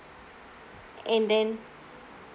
and then